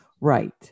Right